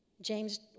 James